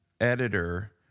editor